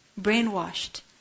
brainwashed